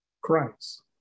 Christ